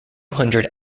hundred